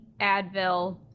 Advil